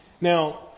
Now